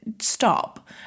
Stop